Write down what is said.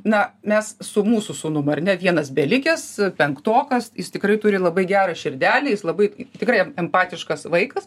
na mes su mūsų sūnum ar ne vienas belikęs penktokas jis tikrai turi labai gerą širdelę jis labai tikrai empatiškas vaikas